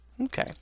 Okay